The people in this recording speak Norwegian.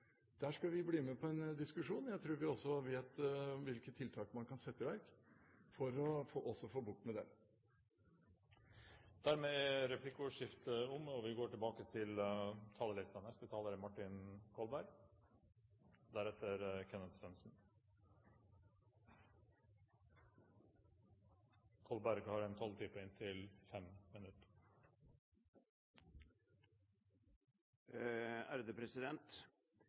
Der skal vi bli med på en diskusjon. Jeg tror vi også vet hvilke tiltak man kan sette i verk for å få bukt med den. Dermed er replikkordskiftet omme. Finanskrisen er en tung og dramatisk realitet i mange europeiske økonomier. Jeg har lyttet veldig nøye til debatten i dag, og jeg legger merke til at det synes som om det er